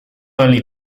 early